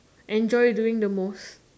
enjoy doing the most